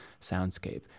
soundscape